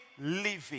living